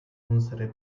unserer